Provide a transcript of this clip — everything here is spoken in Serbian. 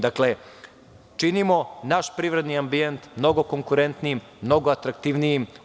Dakle, činimo naš privredni ambijent mnogo konkurentnijim, mnogo atraktivnijim.